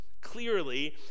clearly